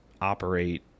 operate